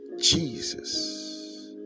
Jesus